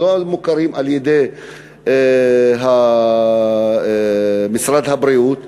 לא מוכרים על-ידי משרד הבריאות,